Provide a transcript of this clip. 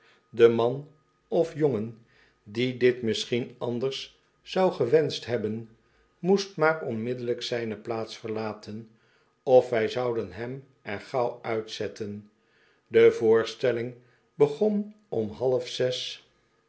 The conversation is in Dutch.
de man of jongen die dit misschien anders zou gewenseht hebben moest maar onmiddellijk zijne plaats verlaten of wij zouden hem er gauw uitzetten de voorstelling begon om half zes